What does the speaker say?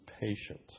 patient